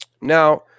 Now